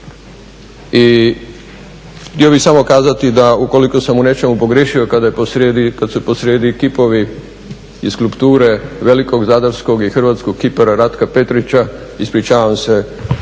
I htio bih samo kazati da ukoliko sam u nečemu pogriješio kad su posrijedi kipovi i skulpture velikog zadarskog i hrvatskog kipara Ratka Petrića, ispričavam se